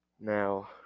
Now